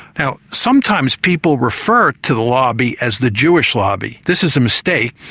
now, sometimes people refer to the lobby as the jewish lobby, this is a mistake.